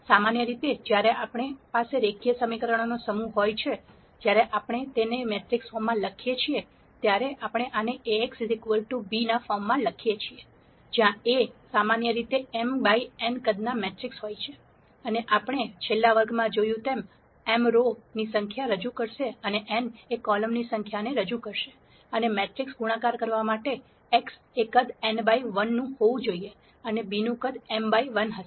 સામાન્ય રીતે જ્યારે આપણી પાસે રેખીય સમીકરણોનો સમૂહ હોય છે જ્યારે આપણે તેને મેટ્રિક્સ ફોર્મમાં લખીએ છીએ ત્યારે આપણે આને Ax b ફોર્મમાં લખીએ છીએ જ્યાં A સામાન્ય રીતે m by n કદના મેટ્રિક્સ હોય છે અને આપણે છેલ્લા વર્ગમાં જોયું તેમ m રો ની સંખ્યા રજૂ કરશે અને n કોલમની સંખ્યાને રજૂ કરશે અને મેટ્રિક્સ ગુણાકાર કરવા માટે x એ કદ n by 1 હોવું જોઈએ અને b નું કદ m by 1 હશે